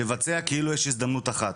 לבצע כאילו יש הזדמנות אחת.